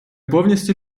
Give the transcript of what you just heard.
повністю